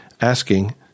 asking